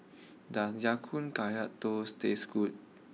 does Ya Kun Kaya Toast taste good